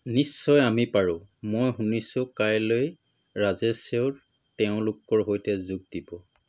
নিশ্চয় আমি পাৰোঁ মই শুনিছোঁ কাইলৈ ৰাজেশেও তেওঁলোকৰ সৈতে যোগ দিব